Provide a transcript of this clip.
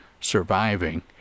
surviving